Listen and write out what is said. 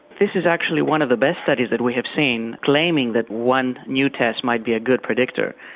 this is actually one of the best studies that we have seen claiming that one new test might be a good predictor.